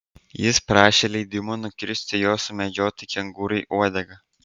jis prašė leidimo nukirsti jo sumedžiotai kengūrai uodegą